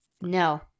No